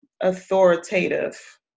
authoritative